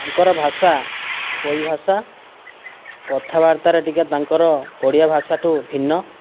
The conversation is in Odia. ତାଙ୍କର ଭାଷା କୋଇ ଭାଷା କଥାବାର୍ତ୍ତାରେ ଟିକେ ତାଙ୍କର ଓଡ଼ିଆ ଭାଷାଠୁ ଭିନ୍ନ